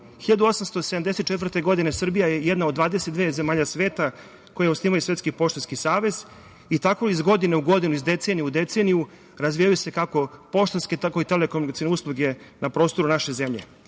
1874. Srbija je jedna od 22 zemalja sveta koje osnivaju Svetski poštanski savez i tako iz godine u godinu, iz decenije u deceniju razvijaju se, kako poštanske, tako i telekomunikacione usluge na prostoru naše zemlje. Godine